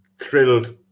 thrilled